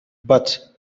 but